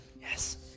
yes